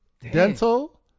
Dental